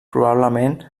probablement